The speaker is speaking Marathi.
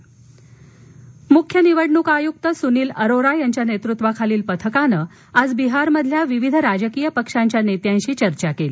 विहार निवडणक आयोग मुख्य निवडणूक आयुक्त सुनील अरोरा यांच्या नेतृत्वातील पथकानं आज बिहारमधील विविध राजकीय पक्षांच्या नेत्यांशी चर्चा केली